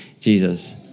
Jesus